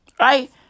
Right